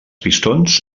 pistons